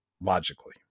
logically